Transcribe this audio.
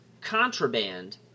contraband